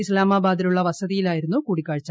ഇസ്താമാബാദിലുള്ള വസതിയിൽ ആയിരുന്നു കൂടിക്കാഴ്ച